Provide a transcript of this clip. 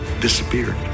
disappeared